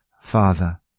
Father